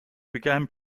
began